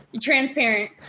transparent